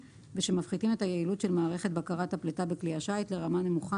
ושמפחיתים את היעילות של מערכת בקרת הפליטה בכלי השיט לרמה נמוכה